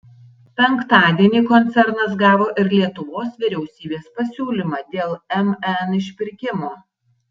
penktadienį koncernas gavo ir lietuvos vyriausybės pasiūlymą dėl mn išpirkimo